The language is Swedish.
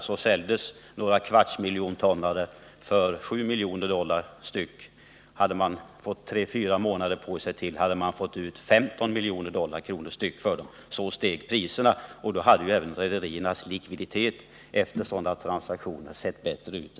Man sålde några kvartsmiljontonnare för 7 miljoner dollar per styck, men hade man fått ytterligare tre eller fyra månader på sig skulle man ha fått ut 15 miljoner dollar stycket för dem, så mycket steg priserna. Då hade ju också rederiernas likviditet blivit bättre.